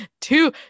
two